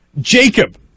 Jacob